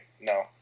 No